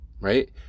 right